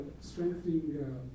strengthening